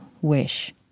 wish